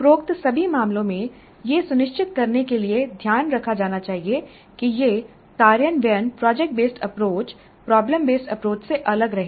उपरोक्त सभी मामलों में यह सुनिश्चित करने के लिए ध्यान रखा जाना चाहिए कि यह कार्यान्वयन project based approach problem based approach से अलग रहे